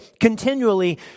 continually